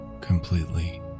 completely